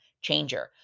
changer